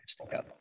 together